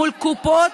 מול הקופות